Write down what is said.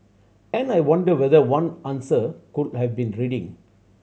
and I wonder whether one answer could have been reading